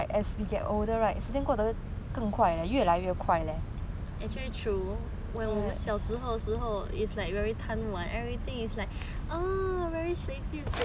actually true when 我小时候时候 is like very 贪玩 everything is like oh very 随便随便